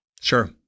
Sure